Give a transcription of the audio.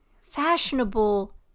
fashionable